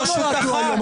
לא נולדנו היום,